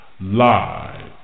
Live